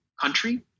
country